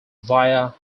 via